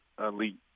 elite